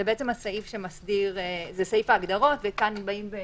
זה בעצם סעיף ההגדרות, וכאן רוצים